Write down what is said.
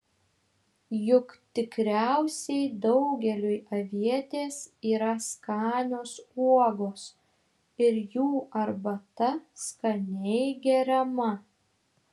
juk tikriausiai daugeliui avietės yra skanios uogos ir jų arbata skaniai geriama